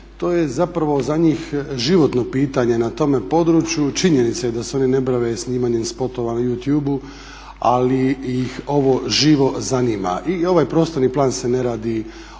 to je za njih životno pitanje na tome području. Činjenica je da se oni ne bave snimanjem spotova na YouTube ali ih ovo živo zanima i ovaj prostorni plan se ne radi od jučer